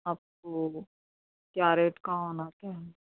آپ کو کیا ریٹ کا ہونا ہے